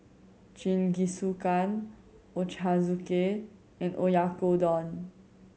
Jingisukan Ochazuke and Oyakodon